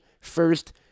first